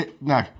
No